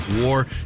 War